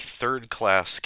third-class